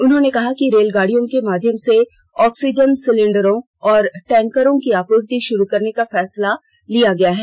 उन्होंने कहा कि रेलगाड़ियों के माध्यम ऑक्सीजन सिलेंडरों और टैंकरों की आपूर्ति शुरू करने का फैसला लिया गया है